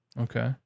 Okay